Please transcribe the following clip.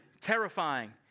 terrifying